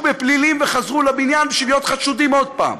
בפלילים וחזרו לבניין בשביל להיות חשודים עוד פעם.